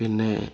പിന്നെ